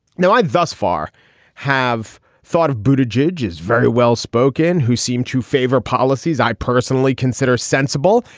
now i thus far have thought of bhuta jej jej is very well-spoken, who seemed to favor policies i personally consider sensible.